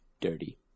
Dirty